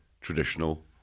traditional